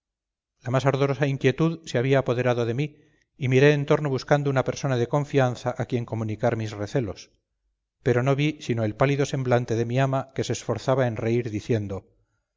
la más ardorosa inquietud se había apoderado de mí y miré en torno buscando una persona de confianza a quien comunicar mis recelos pero no vi sino el pálido semblante de mi ama que se esforzaba en reír diciendo